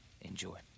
enjoy